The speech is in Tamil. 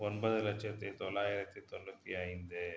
ஒன்பது லட்சத்து தொள்ளாயிரத்து தொண்ணுற்றி ஐந்து